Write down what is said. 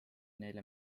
neile